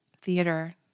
theater